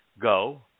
go